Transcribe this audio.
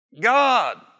God